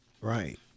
right